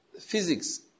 physics